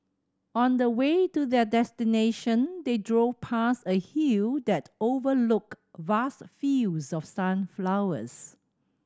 on the way to their destination they drove past a hill that overlooked vast fields of sunflowers